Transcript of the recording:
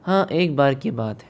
हाँ एक बार की बात है